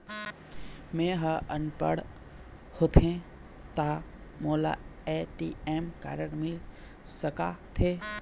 मैं ह अनपढ़ होथे ता मोला ए.टी.एम कारड मिल सका थे?